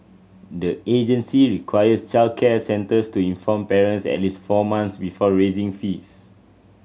the agency requires childcare centres to inform parents at least four months before raising fees